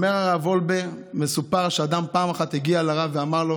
אומר הרב וולבה: מסופר שאדם הגיע פעם אחת לרב ואמר לו: